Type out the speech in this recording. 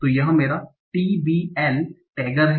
तो यह मेरा TBL टैगर है